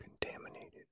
contaminated